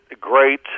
great